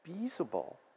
feasible